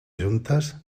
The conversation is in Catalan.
juntes